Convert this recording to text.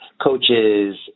coaches